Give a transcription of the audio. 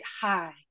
high